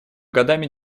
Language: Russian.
годами